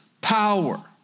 power